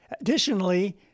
Additionally